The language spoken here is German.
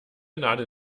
nadel